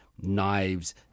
knives